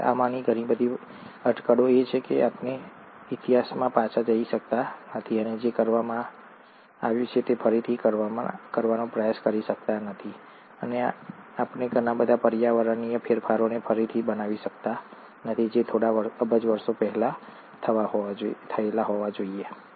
ઠીક છે આમાંની ઘણી બધી અટકળો છે કારણ કે આપણે ઇતિહાસમાં પાછા જઈ શકતા નથી અને જે કરવામાં આવ્યું છે તે ફરીથી કરવાનો પ્રયાસ કરી શકતા નથી અને આપણે ઘણા બધા પર્યાવરણીય ફેરફારોને ફરીથી બનાવી શકતા નથી જે થોડા અબજ વર્ષો પહેલા થયા હોવા જોઈએ